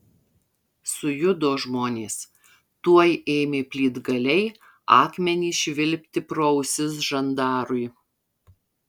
sujudo žmonės tuoj ėmė plytgaliai akmenys švilpti pro ausis žandarui